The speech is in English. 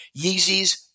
Yeezys